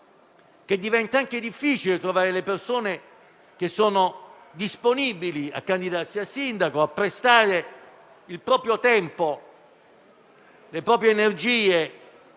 diventa difficile trovare persone disponibili a candidarsi a sindaco, per prestare il proprio tempo, le proprie energie